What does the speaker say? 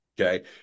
okay